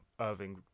Irving